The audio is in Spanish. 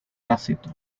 tácito